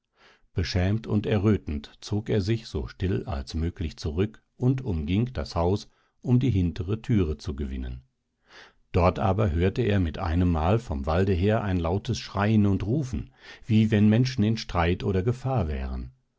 beschämt und errötend zog er sich so still als möglich zurück und umging das haus um die hintere türe zu gewinnen dort aber hörte er mit einemmal vom walde her ein lautes schreien und rufen wie wenn menschen in streit oder gefahr wären